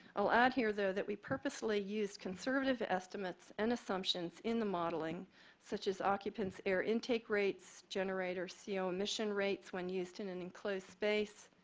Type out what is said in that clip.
i'll add here though that we purposely used conservative estimates and assumptions in the modeling such as occupant's air intake rates, generator co ah emission rates when used in an enclosed space,